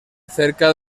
cerca